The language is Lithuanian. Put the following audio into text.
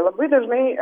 labai dažnai